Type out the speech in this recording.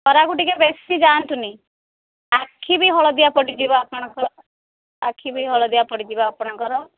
ଖରାକୁ ଟିକେ ବେଶୀ ଯାନ୍ତୁନି ଆଖି ବି ହଳଦିଆ ପଡ଼ିଯିବ ଆପଣଙ୍କ ଆଖି ବି ହଳଦିଆ ପଡ଼ିଯିବ ଆପଣଙ୍କର